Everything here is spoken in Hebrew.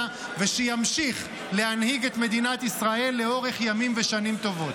ושימשיך להנהיג את מדינת ישראל לאורך ימים ושנים טובות.